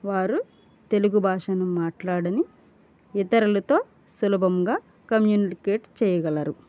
వారు తెలుగు భాషను మాట్లాడని ఇతరులతో సులభంగా కమ్యూనికేట్ చేయగలరు